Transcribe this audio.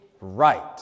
right